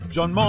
John